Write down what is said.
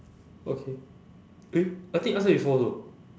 okay eh I think you asked that before also